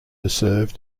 served